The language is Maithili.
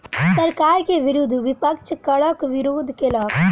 सरकार के विरुद्ध विपक्ष करक विरोध केलक